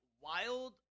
Wild